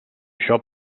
això